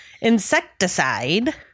Insecticide